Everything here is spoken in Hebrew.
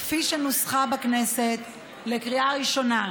כפי שנוסחה בכנסת לקריאה ראשונה,